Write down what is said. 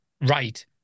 right